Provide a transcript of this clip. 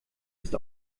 ist